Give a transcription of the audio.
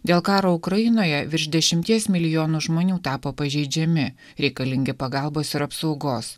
dėl karo ukrainoje virš dešimties milijonų žmonių tapo pažeidžiami reikalingi pagalbos ir apsaugos